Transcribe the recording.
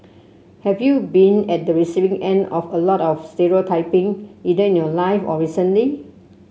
have you been at the receiving end of a lot of stereotyping either in your life or recently